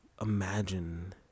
imagine